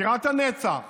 בירת הנצח